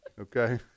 Okay